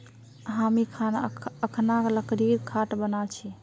हामी अखना लकड़ीर खाट बना छि